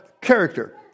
character